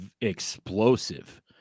explosive